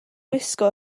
gwisgo